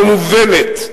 לא מובלת.